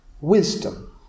wisdom